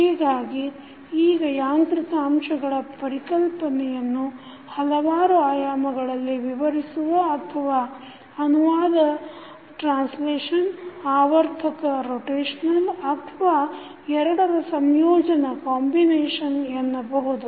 ಹೀಗಾಗಿ ಈಗ ಯಾಂತ್ರಿಕ ಅಂಶಗಳ ಕಲ್ಪನೆಯನ್ನು ಹಲವಾರು ಆಯಾಮಗಳಲ್ಲಿ ವಿವರಿಸುವ ಅಥವಾ ಅನುವಾದ ಆವರ್ತಕ ಅಥವಾ ಎರಡರ ಸಂಯೋಜನ ಎನ್ನಬಹುದು